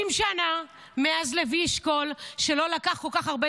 60 שנה מאז לוי אשכול שלא לקח כל כך הרבה